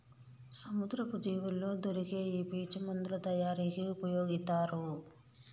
సముద్రపు జీవుల్లో దొరికే ఈ పీచు మందుల తయారీకి ఉపయొగితారు